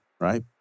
right